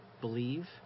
believe